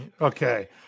Okay